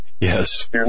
Yes